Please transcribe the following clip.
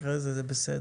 אחרי זה זה בסדר.